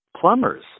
plumbers